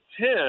Ten